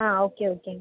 ആ okay okay